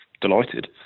delighted